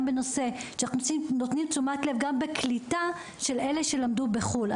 אנחנו גם נותנים תשומת לב בקליטה של אלה שלמדו בחו"ל.